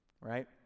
right